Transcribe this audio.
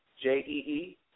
JEE